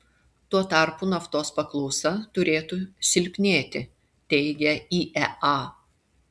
tuo tarpu naftos paklausa turėtų silpnėti teigia iea